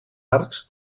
arcs